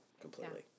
completely